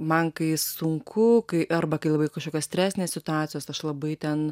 man kai sunku kai arba kai labai kažkokios stresinės situacijos aš labai ten